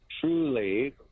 truly